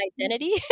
identity